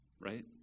Right